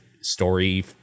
story